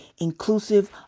inclusive